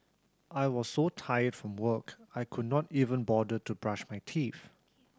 I was so tired from work I could not even bother to brush my teeth